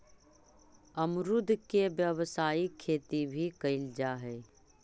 अमरुद के व्यावसायिक खेती भी कयल जा हई